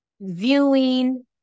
viewing